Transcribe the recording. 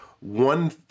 One